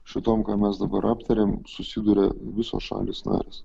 šitom ką mes dabar aptarėm susiduria visos šalys narės